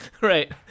right